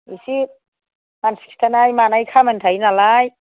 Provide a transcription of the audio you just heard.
इसे मानसि खिथानाय मानाय खामानि थायो नालाय